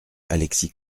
alexis